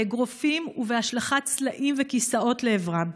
באגרופים ובהשלכת סלעים וכיסאות לעברם.